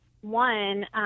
One